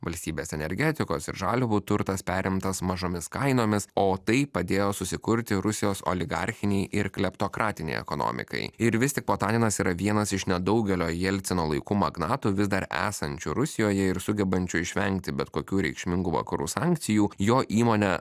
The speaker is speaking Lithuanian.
valstybės energetikos ir žaliavų turtas perimtas mažomis kainomis o tai padėjo susikurti rusijos oligarchinei ir kleptokratinei ekonomikai ir vis tik potaninas yra vienas iš nedaugelio jelcino laikų magnatų vis dar esančių rusijoje ir sugebančių išvengti bet kokių reikšmingų vakarų sankcijų jo įmonė